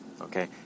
Okay